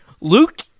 luke